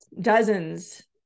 dozens